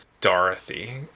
Dorothy